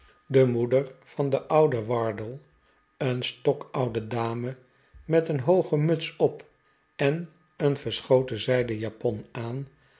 de moeder van den ouden wardle een stokoude dame met een hooge muts op en een verschoten zijden japon aan